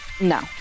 No